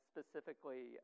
specifically